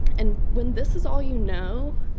and when this is all you know,